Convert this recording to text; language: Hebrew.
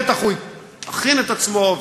בטח הוא הכין את עצמו.